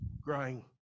growing